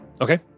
Okay